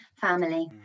family